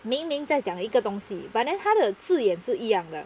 明明在讲一个东西 but then 他的字眼是一样的